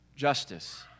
justice